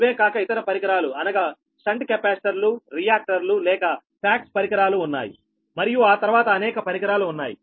ఇవే కాక ఇతర పరికరాలు అనగా షంట్ కెపాసిటర్లు రియాక్టర్లు లేక ఫాక్ట్స్ పరికరాలు ఉన్నాయి మరియు ఆ తర్వాత అనేక పరికరాలు ఉన్నాయి